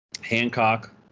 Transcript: Hancock